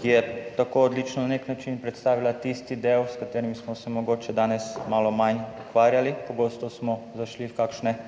ki je na nek način tako odlično predstavila tisti del, s katerim smo se mogoče danes malo manj ukvarjali. Pogosto smo zašli v kakšne